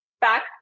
back